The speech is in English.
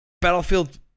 Battlefield